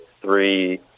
three